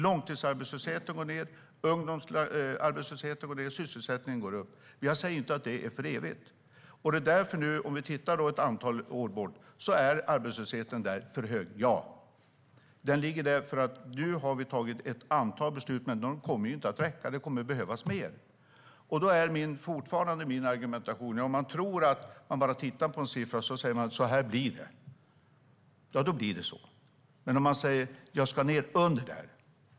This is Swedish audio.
Långtidsarbetslösheten går ned. Ungdomsarbetslösheten går ned. Sysselsättningen går upp. Jag säger inte att det är för evigt. Om vi tittar ett antal år bort är arbetslösheten där för hög - ja. Den ligger där för att vi nu har fattat ett antal beslut, men de kommer inte att räcka utan det kommer att behövas mer. Jag har fortfarande samma argumentation. Om man bara tittar på en siffra och säger att så här blir det, då blir det så. Men man kan säga: Jag ska ned under det där.